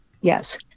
Yes